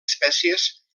espècies